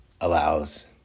allows